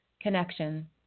connection